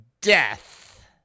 death